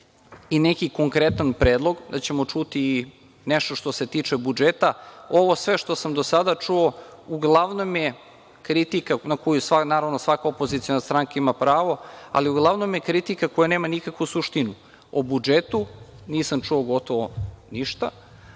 i neki konkretan predlog, da ćemo čuti i nešto što se tiče budžeta. Sve što sam do sada čuo uglavnom je kritika na koju svaka opoziciona stranka ima pravo, ali uglavnom je kritika koja nema nikakvu suštinu. O budžetu nisam čuo gotovo ništa,